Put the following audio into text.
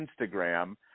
Instagram